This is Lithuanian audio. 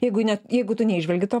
jeigu ne jeigu tu neįžvelgi to